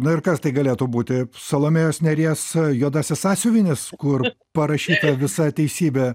na ir kas tai galėtų būti salomėjos nėries juodasis sąsiuvinis kur parašyta visa teisybė